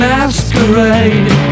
Masquerade